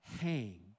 hang